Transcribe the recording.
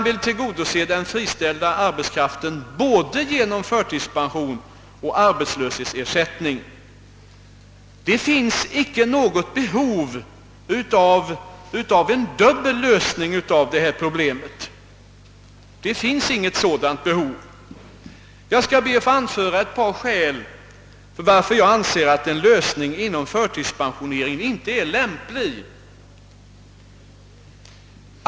vill tillgodose den friställda arbetskraften både genom förtidspension och arbetslöshetsersättning. Det finns icke något behov av en dubbel lösning av detta problem. Jag skall be att få anföra ett par skäl varför jag anser att en lösning inom förtidspensioneringens ram inte är lämplig.